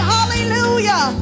Hallelujah